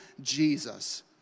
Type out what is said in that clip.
Jesus